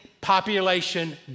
population